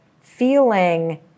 feeling